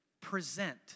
present